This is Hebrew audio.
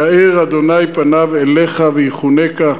יאר ה' פניו אליך ויחונך,